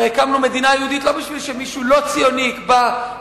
הרי הקמנו מדינה יהודית לא בשביל שמישהו לא ציוני יקבע,